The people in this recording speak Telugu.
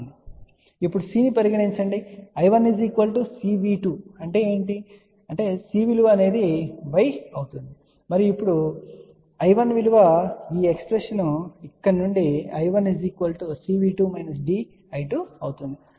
ఇప్పుడు C ను పరిగణించండి I1 CV2 అంటే ఏమిటి కాబట్టి C విలువ అనేది Y అవుతుంది మరియు అప్పుడు I1 విలువ ఈ ఎక్స్ప్రెషన్ ఇక్కడ నుండి అప్పుడు I1 C V2 D I2 అవుతుంది